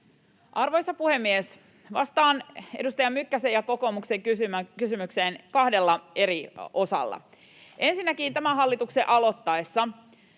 Arvoisa puhemies! Vastaan edustaja Mykkäsen ja kokoomuksen kysymykseen kahdella eri osalla. Ensinnäkin tämän hallituksen aloittaessa